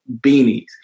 beanies